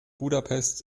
budapest